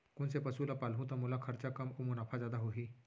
कोन से पसु ला पालहूँ त मोला खरचा कम अऊ मुनाफा जादा होही?